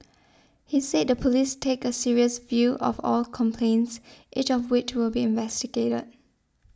he said the police take a serious view of all complaints each of which will be investigated